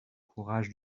courage